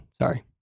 sorry